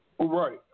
Right